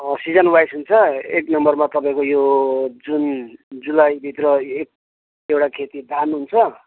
season wise हुन्छ एक नम्बरमा तपाईँको यो जुन जुलाई भित्र एक एउटा खेती धान हुन्छ